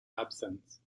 absence